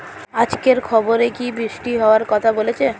আজকের খবরে কি বৃষ্টি হওয়ায় কথা বলেছে?